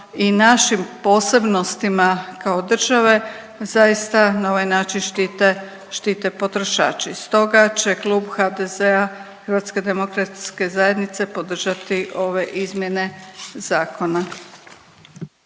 i našim posebnostima kao države zaista na ovaj način štite potrošači. Stoga će klub HDZ-a Hrvatske demokratske zajednice podržati ove izmjene zakona.